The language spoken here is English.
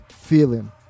Feeling